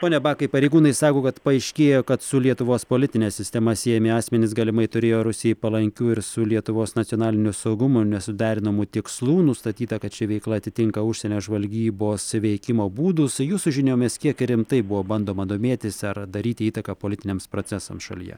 pone bakai pareigūnai sako kad paaiškėjo kad su lietuvos politine sistema siejami asmenys galimai turėjo rusijai palankių ir su lietuvos nacionaliniu saugumu nesuderinamų tikslų nustatyta kad ši veikla atitinka užsienio žvalgybos veikimo būdus jūsų žiniomis kiek rimtai buvo bandoma domėtis ar daryti įtaką politiniams procesams šalyje